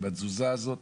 עם התזוזה הזאת.